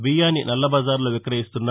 బియ్యాన్ని నల్లబజారులో విక్రయిస్తున్న